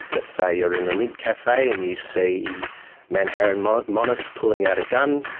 let's say you are in the lindt cafe and you see man haron monis monis pulling out a gun,